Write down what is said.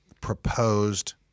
proposed